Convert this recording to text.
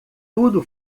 tudo